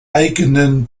eigenen